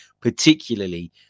particularly